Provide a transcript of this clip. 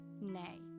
Nay